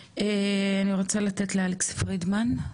אני רוצה לתת לאלכס פרידמן,